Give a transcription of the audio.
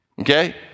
Okay